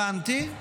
הבנתי.